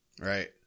Right